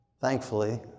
Thankfully